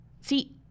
See